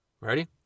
Ready